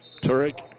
Turek